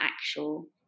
actual